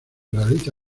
realiza